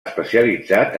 especialitzat